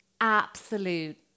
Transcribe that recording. absolute